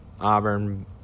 Auburn